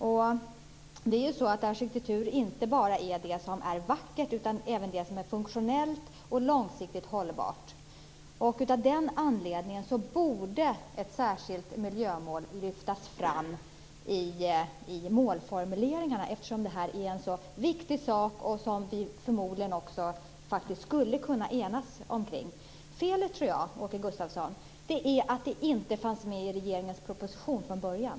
Arkitektur är inte bara det som är vackert, utan det är även det som är funktionellt och långsiktigt hållbart. Av den anledningen borde ett särskilt miljömål lyftas fram i målformuleringarna. Det är en så viktig sak som vi förmodligen skulle kunnat enas kring. Jag tror att felet är, Åke Gustavsson, att det inte fanns med i regeringens proposition från början.